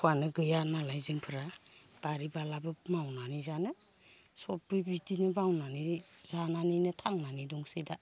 एख'आनो गैयानालाय जोंफोरा बारि बालाबो मावनानै जानो सबबो बिदिनो बायनानै बिदि जानानैनो थांनानै दंसै दा